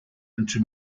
into